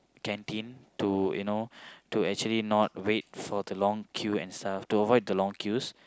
canteen to you know to actually not wait for the long queue and stuff to avoid long queues